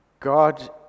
God